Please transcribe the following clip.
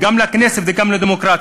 גם של הכנסת וגם של הדמוקרטיה.